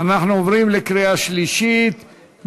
אנחנו עוברים לקריאה שלישית.